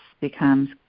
becomes